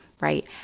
Right